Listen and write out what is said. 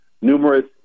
numerous